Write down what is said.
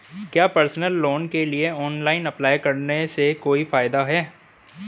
क्या personal loan के लिए ऑनलाइन अप्लाई करने से कोई फायदा है?